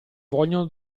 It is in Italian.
vogliono